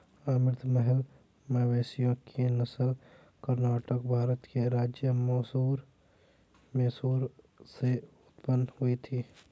अमृत महल मवेशियों की नस्ल कर्नाटक, भारत के राज्य मैसूर से उत्पन्न हुई थी